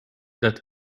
that